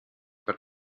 per